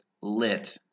lit